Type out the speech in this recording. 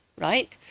Right